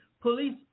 police